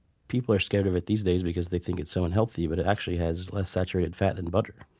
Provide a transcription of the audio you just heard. people are scared of it these days because they think it's so unhealthy, but it actually has less saturated fat than butter.